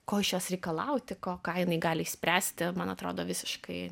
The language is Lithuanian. ko iš jos reikalauti ko ką jinai gali išspręsti man atrodo visiškai